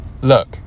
Look